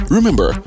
Remember